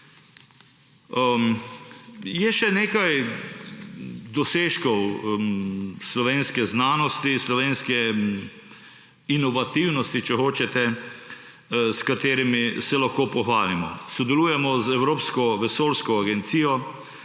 Je še nekaj dosežkov slovenske znanosti, slovenske inovativnosti, če hočete, s katerimi se lahko pohvalimo. Sodelujemo z Evropsko vesoljsko agencijo,